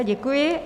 Děkuji.